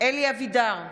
אלי אבידר,